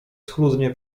schludnie